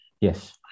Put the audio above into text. Yes